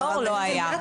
מדור לא היה.